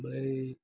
ओमफाय